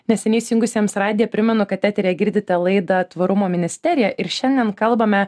neseniai įsijungusiems radiją primenu kad eteryje girdite laidą tvarumo ministerija ir šiandien kalbame